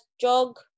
jog